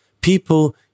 people